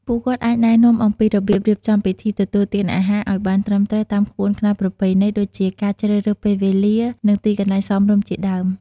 ពួកគាត់អាចណែនាំអំពីរបៀបរៀបចំពិធីទទួលទានអាហារឲ្យបានត្រឹមត្រូវតាមក្បួនខ្នាតប្រពៃណី ដូចជា ការជ្រើសរើសពេលវេលា និងទីកន្លែងសមរម្យ ជាដើម។